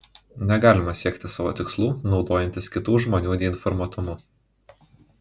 negalima siekti savo tikslų naudojantis kitų žmonių neinformuotumu